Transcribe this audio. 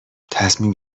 تصمیم